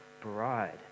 bride